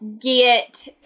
get